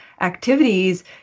activities